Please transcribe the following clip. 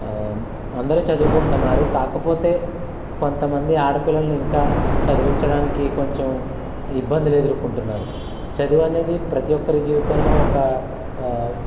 అందరూ చదువుకుంటున్నారు కాకపోతే కొంతమంది ఆడపిల్లలు ఇంకా చదివించడానికి కొంచెం ఇబ్బందులు ఎదుర్కుంటున్నారు చదివనేది ప్రతి ఒక్కరి జీవితంలో ఒక